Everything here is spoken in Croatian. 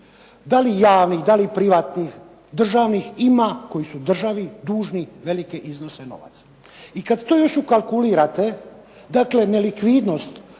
da li javnih, da li privatnih, državnih ima koji su državi dužni veliki iznos novaca. I kada tu još ukalkulirate nelikvidnost